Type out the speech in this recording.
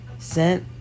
sent